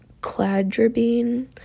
cladribine